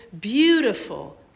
beautiful